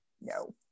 No